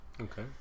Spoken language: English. Okay